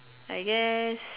I guess